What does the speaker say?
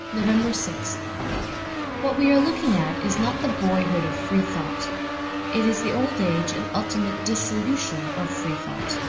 november sixth what we are looking at is not the boyhood of free thought it is the old age and ultimate dissolution of free thought.